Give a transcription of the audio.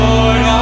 Lord